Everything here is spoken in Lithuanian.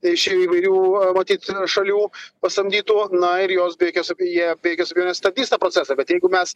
iš įvairių matyt šalių pasamdytų na ir jos be jokios abe jie be jokios abejonės stabdys tą procesą bet jeigu mes